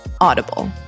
Audible